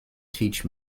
teach